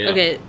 Okay